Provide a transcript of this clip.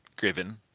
given